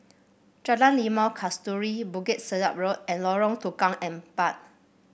Jalan Limau Kasturi Bukit Sedap Road and Lorong Tukang Empat